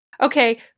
Okay